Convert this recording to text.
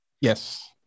yes